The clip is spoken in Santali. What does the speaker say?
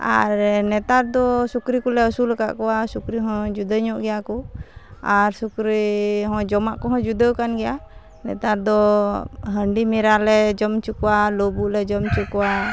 ᱟᱨ ᱱᱮᱛᱟᱨᱫᱚ ᱥᱩᱠᱨᱤᱠᱚᱞᱮ ᱟᱹᱥᱩᱞᱟᱠᱟᱫ ᱠᱚᱣᱟ ᱥᱩᱠᱨᱤᱦᱚᱸ ᱡᱩᱫᱟᱹᱧᱚᱜ ᱜᱮᱭᱟᱠᱚ ᱟᱨ ᱥᱩᱠᱨᱤᱦᱚᱸ ᱡᱚᱢᱟᱠᱚᱦᱚᱸ ᱡᱩᱫᱟᱹ ᱟᱠᱟᱱᱜᱮᱭᱟ ᱱᱮᱛᱟᱨᱫᱚ ᱦᱟᱺᱰᱤ ᱢᱮᱨᱟᱞᱮ ᱡᱚᱢᱚᱪᱚ ᱠᱚᱣᱟ ᱞᱩᱵᱩᱜᱞᱮ ᱡᱚᱢᱚᱪᱚ ᱠᱚᱣᱟ